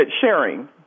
sharing